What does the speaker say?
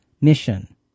mission